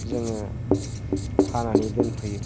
जोङो खानानै दोनफैयो